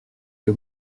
que